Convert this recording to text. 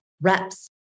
reps